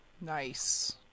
Nice